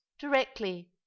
directly